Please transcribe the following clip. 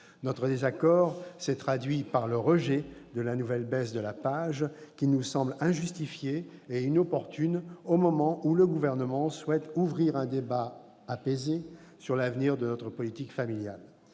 Notre désaccord s'est traduit par le rejet de la nouvelle baisse de la PAJE, qui nous semble injustifiée et inopportune au moment où le Gouvernement souhaite ouvrir un débat « apaisé » sur l'avenir de notre politique familiale.